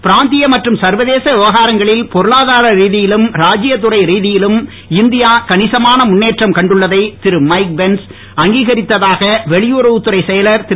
பிராந்திய மற்றும் சர்வதேச விவகாரங்களில் பொருளாதார ரீதயிலும் ராஜீயத் துறை ரீதயிலும் இந்தியா கணிசமான முன்னேற்றம் கண்டுள்ளதை திரு மைக் பென்ஸ் அங்கீகரித்த தாக வெளியுறவுத்துறைச் செயலர் திரு